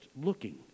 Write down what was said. looking